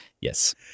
Yes